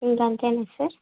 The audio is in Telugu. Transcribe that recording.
ఇంక అంతేనా సార్